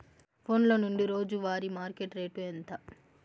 ఫోన్ల నుండి రోజు వారి మార్కెట్ రేటు ఎంత?